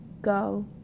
go